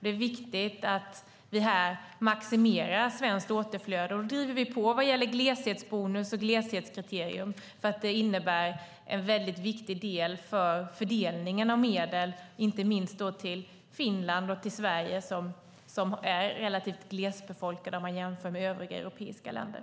Det är viktigt att vi här maximerar svenskt återflöde och driver på vad gäller gleshetsbonus och gleshetskriterium, för det är en viktig del för fördelningen av medel, inte minst till Finland och Sverige som är relativt glesbefolkade länder jämfört med övriga europeiska länder.